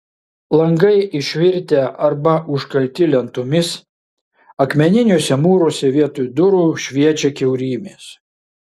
langai išvirtę arba užkalti lentomis akmeniniuose mūruose vietoj durų šviečia kiaurymės